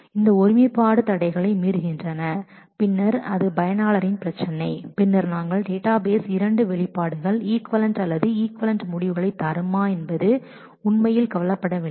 அவை integrity constraint என்பதை மீறினால் பின்னர் அது பயனரின் பிரச்சினை பின்னர் டேட்டாபேஸ் இரண்டு எக்ஸ்பிரஷன் ஈக்விவலெண்ட் முடிவுகளைத் தருமா என்பது பற்றி உண்மையில் கவலைப்படாது